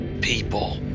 people